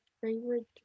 favorite